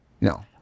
No